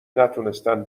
نتونستن